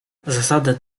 zasadę